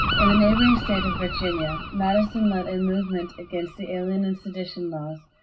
in the neighboring state of virginia, madison led a movement against the alien and sedition laws.